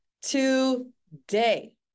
today